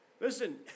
Listen